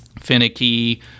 finicky